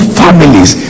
families